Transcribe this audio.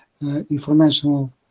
informational